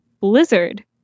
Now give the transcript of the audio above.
Blizzard